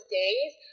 days